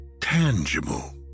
tangible